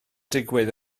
digwydd